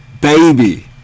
baby